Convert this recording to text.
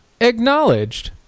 acknowledged